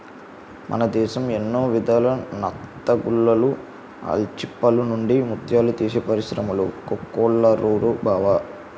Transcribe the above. మన దేశం ఎన్నో విధాల నత్తగుల్లలు, ఆల్చిప్పల నుండి ముత్యాలు తీసే పరిశ్రములు కోకొల్లలురా బావా